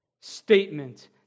statement